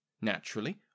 Naturally